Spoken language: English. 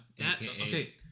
Okay